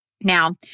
Now